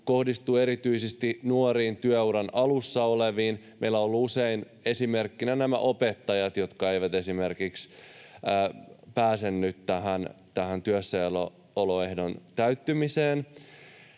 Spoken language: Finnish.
kohdistuu erityisesti nuoriin työuran alussa oleviin. Meillä on ollut usein esimerkkinä nämä opettajat, jotka eivät esimerkiksi pääse nyt tähän työssäoloehdon täyttymiseen.